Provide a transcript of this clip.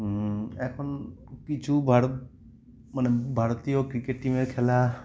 এখন কিছুার মানে ভারতীয় ক্রিকেট টিমের খেলা